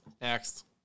Next